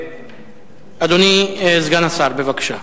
אדוני סגן השר, בבקשה.